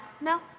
No